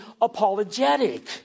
apologetic